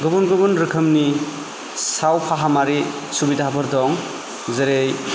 गुबुन गुबुन रोखोमनि सावफाहामारि सुबिदाफोर दंङ जेरै